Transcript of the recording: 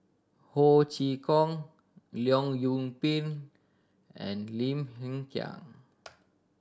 Ho Chee Kong Leong Yoon Pin and Lim Hng Kiang